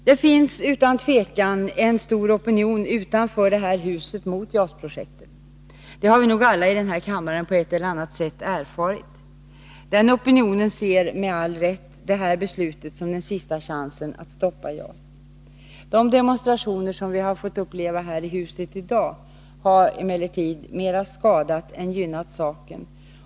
Det finns utan tvivel en stor opinion utanför det här huset mot JAS-projektet. Det har vi nog alla i den här kammaren på ett eller annat sätt erfarit. Den opinionen ser med all rätt detta beslut som den sista chansen att stoppa JAS. De demonstrationer som vi fått uppleva här i huset i dag har emellertid mera skadat än gynnat saken.